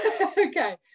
Okay